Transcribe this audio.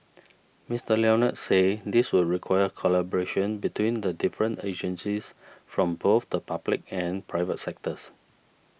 Mister Leonard said this would require collaboration between the different agencies from both the public and private sectors